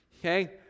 Okay